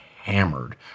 hammered